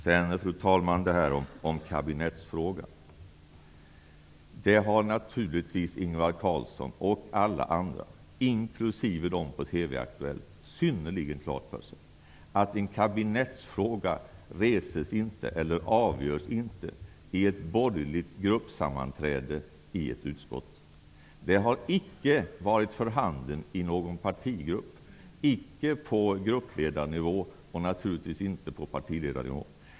Fru talman! Så till kabinettsfrågan. Ingvar Carlsson och alla andra, inklusive personerna på TV aktuellt, har naturligtvis synnerligen klart för sig att en kabinettsfråga inte reses eller avgörs på ett borgerligt gruppsammanträde i ett utskott. Det har icke varit för handen i någon partigrupp, icke på gruppledarnivå och naturligtvis icke på partiledarnivå.